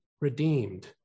redeemed